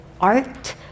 art